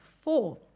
four